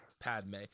Padme